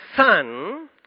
son